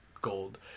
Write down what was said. gold